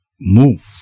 move